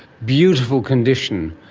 beautiful condition.